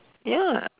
ya